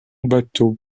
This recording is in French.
bateau